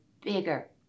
bigger